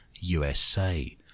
USA